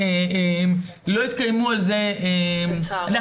לא התקיימו על זה דיונים,